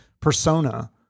persona